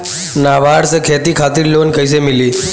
नाबार्ड से खेती खातिर लोन कइसे मिली?